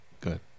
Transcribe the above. good